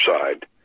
side